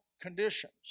conditions